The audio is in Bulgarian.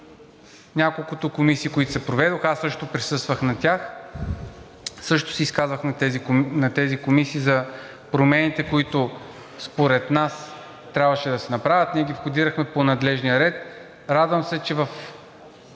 няколкото комисии, които се проведоха, аз също присъствах на тях, също се изказах на тези комисии за промените, които според нас трябваше да се направят, ние ги входирахме по надлежния ред. Радвам се, че в